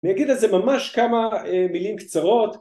אני אגיד על זה ממש כמה מילים קצרות